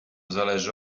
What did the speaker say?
zależy